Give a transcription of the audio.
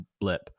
blip